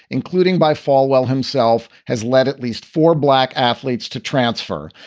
including by falwell himself, has led at least four black athletes to transfer,